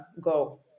go